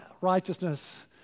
righteousness